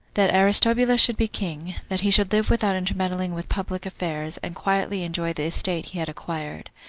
that aristobulus should be king, that he should live without intermeddling with public affairs, and quietly enjoy the estate he had acquired.